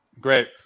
Great